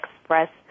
express